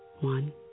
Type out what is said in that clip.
One